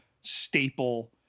staple